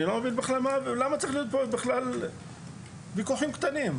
אני לא מבין למה צריך להיות פה בכלל ויכוחים קטנים.